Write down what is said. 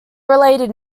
related